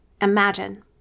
imagine